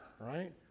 right